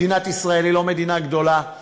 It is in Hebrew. מדינת ישראל היא לא מדינה גדולה,